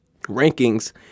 rankings